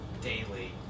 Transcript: Daily